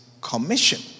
Commission